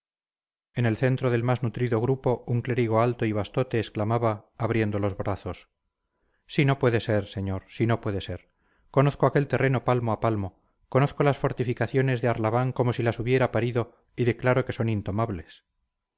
en el centro del más nutrido grupo un clérigo alto y bastote exclamaba abriendo los brazos si no puede ser señor si no puede ser conozco aquel terreno palmo a palmo conozco las fortificaciones de arlabán como si las hubiera parido y declaro que son intomables